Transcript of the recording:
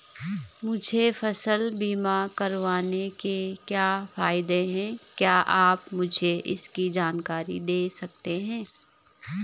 मुझे फसल बीमा करवाने के क्या फायदे हैं क्या आप मुझे इसकी जानकारी दें सकते हैं?